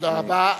תודה רבה.